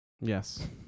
yes